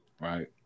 right